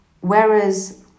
whereas